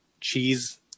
cheese